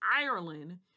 Ireland